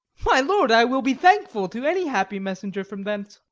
my lord, i will be thankful to any happy messenger from thence.